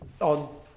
on